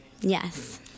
yes